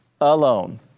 alone